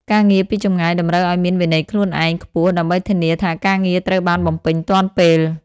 ការងារពីចម្ងាយតម្រូវឱ្យមាន វិន័យខ្លួនឯង ខ្ពស់ ដើម្បីធានាថាការងារត្រូវបានបំពេញទាន់ពេល។